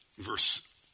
verse